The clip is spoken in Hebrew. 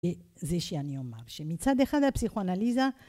זה שאני אומר שמצד אחד הפסיכואנליזה